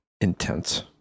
intense